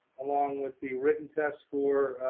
along with the written test score,